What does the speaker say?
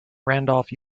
randolph